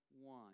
one